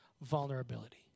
vulnerability